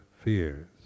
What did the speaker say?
fears